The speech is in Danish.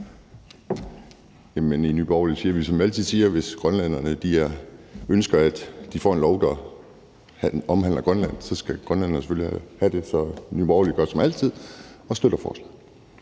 Nye Borgerlige siger vi, som vi altid siger: Hvis grønlænderne ønsker, at de får en lov, der omhandler Grønland, så skal grønlænderne selvfølgelig have det. Så Nye Borgerlige gør som altid og støtter forslaget.